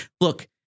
look